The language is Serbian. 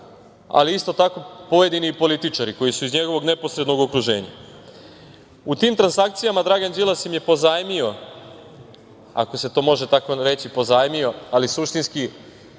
ali isto tako i pojedini političari, koji su iz njegovog neposrednog okruženja.U tim transakcijama Dragan Đilas im je pozajmio, ako se to može tako reći, pozajmio, ali suštinski